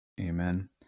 amen